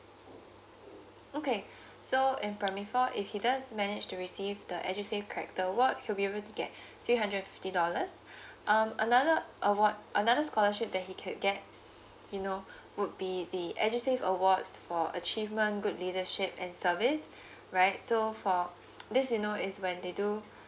okay so in primary four if he does manage to receive the edusave character award he will be able to get three hundred and fifty dollars um another award another scholarship that he could get you know would be the edusave awards for achievement good leadership and service right so for this you know is when they do